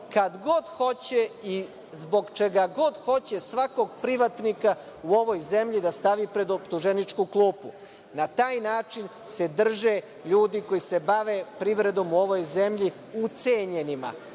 kada god hoće i zbog čega god hoće svakog privatnika u ovoj zemlji da stavi pred optuženičku klupu. Na taj način se drže ljudi koji se bave privredom u ovoj zemlji ucenjenima.